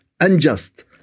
unjust